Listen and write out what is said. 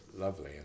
lovely